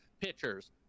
pitchers